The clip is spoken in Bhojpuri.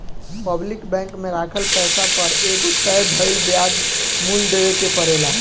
पब्लिक बैंक में राखल पैसा पर एगो तय भइल ब्याज मूल्य देवे के परेला